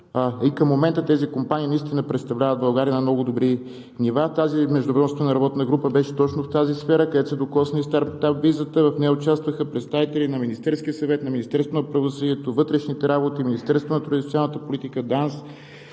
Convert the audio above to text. Към момента тези компании наистина представляват България на много добри нива. Тази междуведомствена работна група беше точно в тази сфера, където се докосна и стартъп визата. В нея участваха представители на Министерския съвет, на Министерството на правосъдието, Министерството на вътрешните работи, Министерството на труда и социалната политика, ДАНС,